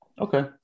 Okay